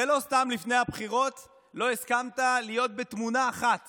ולא סתם לפני הבחירות לא הסכמת להיות בתמונה אחת